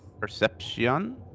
Perception